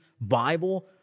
Bible